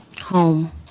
Home